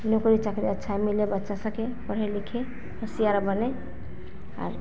नौकरी चाकरी अच्छा मिले बच्चा सके पढ़े लिखे होशियार बने और